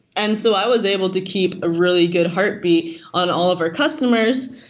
and so i was able to keep a really good heartbeat on all of our customers.